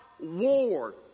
war